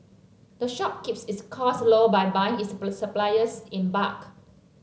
the shop keeps its costs low by buying its supplies in bulk